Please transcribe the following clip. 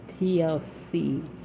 TLC